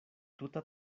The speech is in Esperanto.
tuta